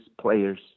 players